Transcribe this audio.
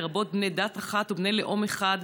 לרבות בני דת אחת ובני לאום אחד,